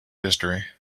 history